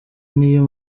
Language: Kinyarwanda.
niyo